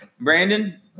Brandon